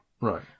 Right